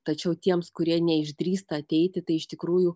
tačiau tiems kurie neišdrįsta ateiti tai iš tikrųjų